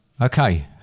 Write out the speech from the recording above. okay